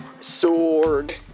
Sword